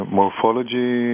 morphology